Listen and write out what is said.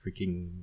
freaking